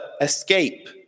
escape